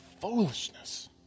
foolishness